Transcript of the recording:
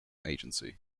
agency